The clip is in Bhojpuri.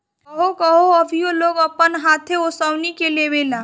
कहवो कहवो अभीओ लोग अपन हाथे ओसवनी के लेवेला